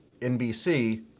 NBC